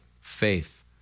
faith